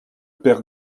père